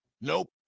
nope